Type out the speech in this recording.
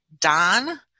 Don